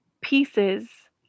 pieces